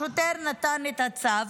השוטר נתן את הצו,